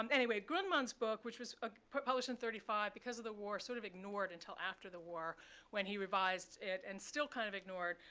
um anyway, grundmann's book, which was ah published in thirty five, because of the war, sort of ignored until after the war when he revised it, and still kind of ignored.